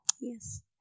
Yes